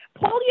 Polio